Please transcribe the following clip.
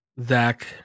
Zach